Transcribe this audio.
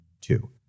two